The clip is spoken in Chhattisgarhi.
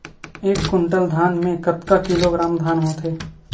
एक कुंटल धान में कतका किलोग्राम धान होथे?